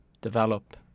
develop